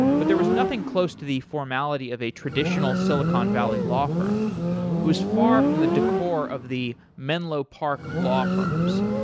but there was nothing close to the formality of a traditional silicon valley law firm who's far from the decor of the menlo park law firms,